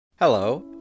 Hello